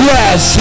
Yes